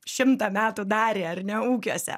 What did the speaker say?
šimtą metų darė ar ne ūkiuose